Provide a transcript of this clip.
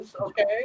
Okay